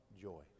joy